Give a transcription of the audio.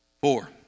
Four